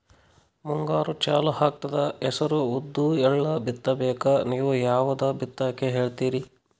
ಮುಂಗಾರು ಚಾಲು ಆಗ್ತದ ಹೆಸರ, ಉದ್ದ, ಎಳ್ಳ ಬಿತ್ತ ಬೇಕು ನೀವು ಯಾವದ ಬಿತ್ತಕ್ ಹೇಳತ್ತೀರಿ?